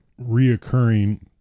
reoccurring